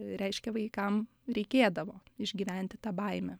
reiškia vaikam reikėdavo išgyventi tą baimę